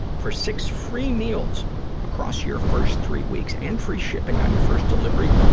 for six free meals across your first three weeks, and free shipping on your first delivery,